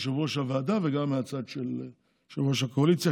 יושב-ראש הוועדה וגם מהצד של יושב-ראש הקואליציה,